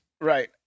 Right